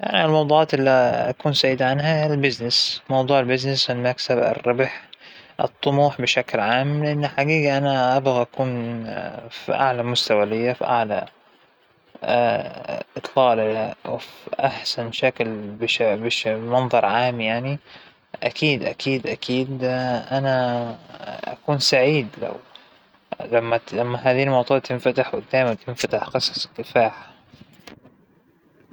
أعتقد إنى مرة أحب أحكى عن دراستى وطفولتى وأولادى وعيلتى الصغيرة وبيتى، هذى الأشياء أصلاً تبعث عن الإنبهاج بداخلى، تخلينى مرة مبسوطة وأنا أحكى عنهم، بحسها هاى الأشياء إنجازاتى الصغيرة بالحياة، وبكون فخورة يوم أحكى عنهم، وأخبر العالم أنا لوين وصلت.